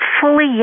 fully